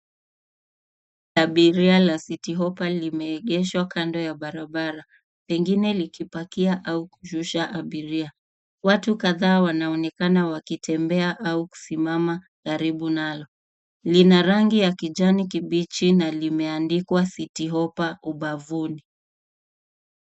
La abiria la Citi Hoppa limeegeshwa kando ya barabara, pengine likipakia au likishuka abiria. Watu kadhaa wanaonekana wakitembea au kusimama karibu nalo. Lina rangi ya kijani kibichi na limeandikwa Citi Hoppa ubavuni.